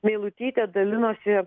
meilutyte dalinosi